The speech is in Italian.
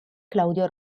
claudio